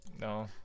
No